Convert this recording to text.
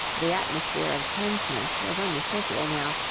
the atmosphere of tenseness was unmistakable now.